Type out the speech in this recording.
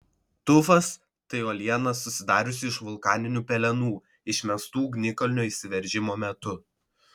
tufas tai uoliena susidariusi iš vulkaninių pelenų išmestų ugnikalnio išsiveržimo metu